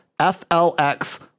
FLX